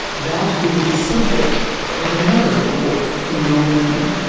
that will be the subject of another report from the ombudsman.